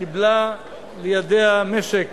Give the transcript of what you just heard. קיבלה לידיה משק